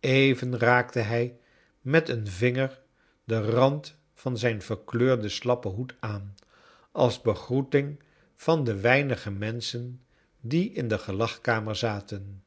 even raakte hij met een vinger den rand van zijn verkleurden slappen hood aan als begroeting van de weinige menschen die in de gelagkamer zaten